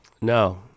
No